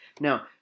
Now